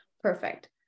Perfect